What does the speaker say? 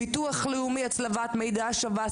ביטוח לאומי, הצלבת מידע עם השב"ס.